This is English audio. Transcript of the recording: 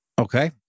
Okay